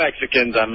Mexicans